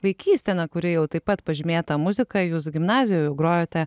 vaikystę na kuri jau taip pat pažymėta muzika jūs gimnazijoj jau grojote